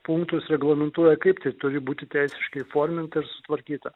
punktus reglamentuoja kaip tai turi būti teisiškai įforminta ir sutvarkyta